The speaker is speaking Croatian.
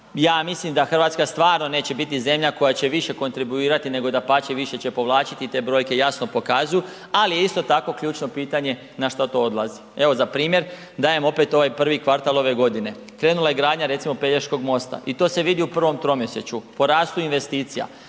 Ja mislim da RH stvarno neće biti zemlja koja će više kontribuirati, nego dapače više će povlačiti, te brojke jasno pokazuju, ali je isto tako ključno pitanje na što to odlazi. Evo za primjer dajem opet ovaj prvi kvartal ove godine, krenula je gradnja recimo Pelješkog mosta i to se vidi u prvom tromjesečju po rastu investicija,